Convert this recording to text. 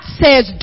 says